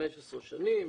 15 שנים,